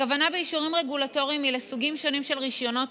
הכוונה ב"אישורים רגולטוריים" היא לסוגים שונים של רישיונות,